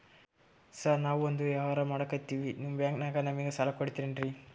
Sir ನಾವು ಒಂದು ವ್ಯವಹಾರ ಮಾಡಕ್ತಿವಿ ನಿಮ್ಮ ಬ್ಯಾಂಕನಾಗ ನಮಿಗೆ ಸಾಲ ಕೊಡ್ತಿರೇನ್ರಿ?